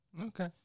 Okay